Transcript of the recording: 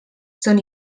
són